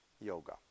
Yoga